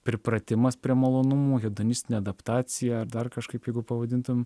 pripratimas prie malonumų hedonistinė adaptacija ar dar kažkaip jeigu pavadintum